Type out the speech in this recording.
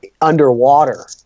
Underwater